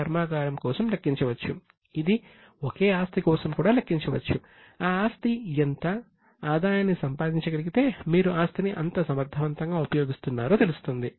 ఆ ఆస్తి ఎంత ఆదాయాన్ని సంపాదించగలిగితే మీరు ఆస్తిని ఎంత సమర్థవంతంగా ఉపయోగిస్తున్నారో తెలుస్తుంది